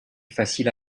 facile